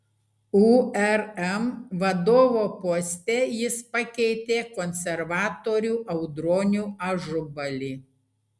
urm vadovo poste jis pakeitė konservatorių audronių ažubalį